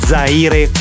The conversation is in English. Zaire